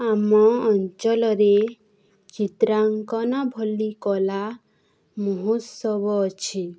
ଆମ ଅଞ୍ଚଳରେ ଚିତ୍ରାଙ୍କନ ଭଳି କଳା ମହୋତ୍ସବ ଅଛି